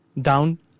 Down